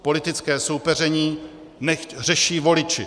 Politické soupeření nechť řeší voliči.